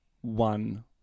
one